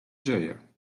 dzieje